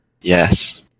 Yes